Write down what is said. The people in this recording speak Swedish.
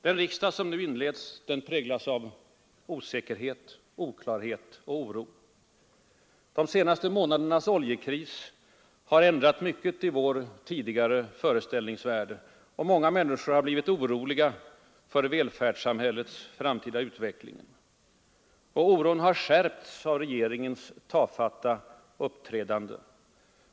Den riksdag som nu inleds präglas av osäkerhet, oklarhet och oro. De senaste månadernas oljekris har ändrat mycket i vår tidigare föreställningsvärld. Många människor har blivit oroliga för välfärdssamhällets framtida utveckling. Oron har skärpts av regeringens tafatta uppträdande.